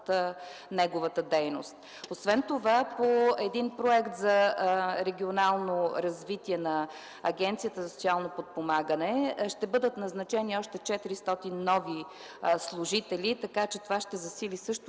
неговата дейност. Освен това по проект за регионално развитие на Агенцията за социално подпомагане ще бъдат назначени още 400 нови служители, така че това също